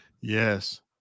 Yes